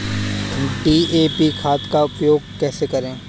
DAP खाद का उपयोग कैसे करें?